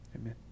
Amen